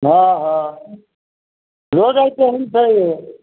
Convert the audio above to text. हँ हँ रोज आर चलैत छै यै